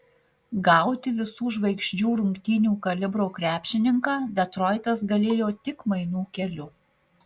gauti visų žvaigždžių rungtynių kalibro krepšininką detroitas galėjo tik mainų keliu